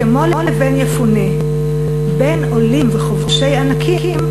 כמו לבן יפוּנֶה/ בין עולים וכובשי ענקים,